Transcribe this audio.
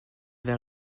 vin